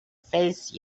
face